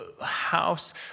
house